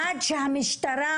עד שהמשטרה,